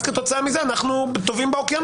כתוצאה מזה אנחנו טובעים באוקיינוס הזה.